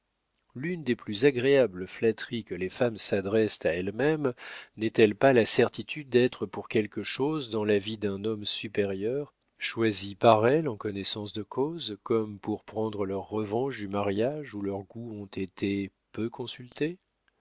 l'une des plus agréables flatteries que les femmes s'adressent à elles-mêmes n'est-elle pas la certitude d'être pour quelque chose dans la vie d'un homme supérieur choisi par elles en connaissance de cause comme pour prendre leur revanche du mariage où leurs goûts ont été peu consultés